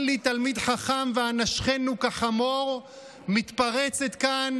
לי תלמיד חכם ואנשכנו כחמור" מתפרצת כאן